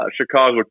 Chicago